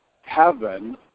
heaven